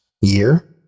year